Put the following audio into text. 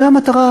והמטרה,